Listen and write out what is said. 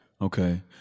Okay